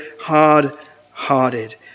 hard-hearted